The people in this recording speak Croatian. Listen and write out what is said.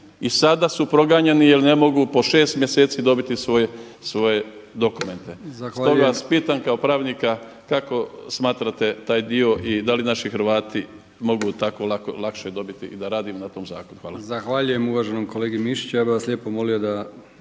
i sada su proganjani jer ne mogu po 6 mjeseci dobiti svoje dokumente. Stoga vas pitam kao pravnika kako smatrate taj dio i da li naši Hrvati mogu tako lakše dobiti i da …/Govornik se ne razumije./… Hvala. **Brkić, Milijan (HDZ)** Zahvaljujem uvaženom kolegi Mišiću. Ja bih vas lijepo molio da